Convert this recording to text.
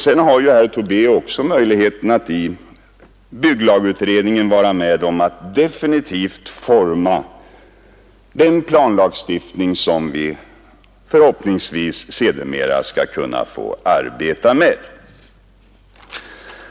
Sedan har ju herr Tobé också möjlighet att vara med om att i bygglagutredningen definitivt forma den planlagstiftning som vi förhoppningsvis sedermera skall få arbeta med.